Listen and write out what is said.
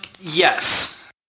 yes